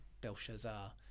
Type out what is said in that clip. Belshazzar